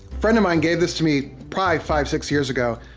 friend of mine gave this to me prolly five, six years ago.